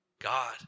God